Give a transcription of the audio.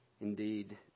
Indeed